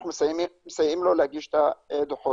מנכ"ל מוסד הביטוח הלאומי תיאר גם בתחילת דבריו את נושא המוקדים.